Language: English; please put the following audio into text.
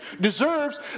deserves